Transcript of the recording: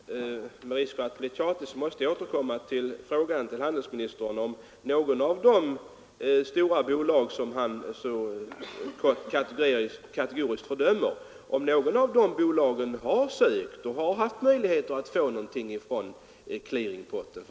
Herr talman! Med risk för att bli tjatig måste jag upprepa frågan till handelsministern om något av de stora bolag som han så kategoriskt fördömer har haft möjlighet att få någonting från clearingpotten.